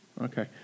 Okay